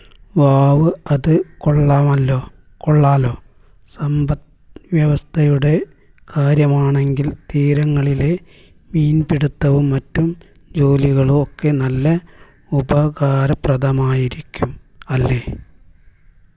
wow അത് കൊള്ളാമല്ലോ കൊള്ളാമല്ലോ സമ്പത് വ്യവസ്ഥയുടെ കാര്യമാണെങ്കിൽ തീരങ്ങളിലെ മീൻപിടിത്തവും മറ്റും ജോലികളും ഒക്കെ നല്ല ഉപകാരപ്രദമായിരിക്കും അല്ലേ